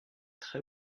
très